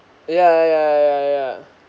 yeah yeah yeah yeah